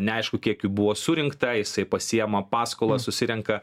neaišku kiek jų buvo surinkta jisai pasijema paskolą susirenka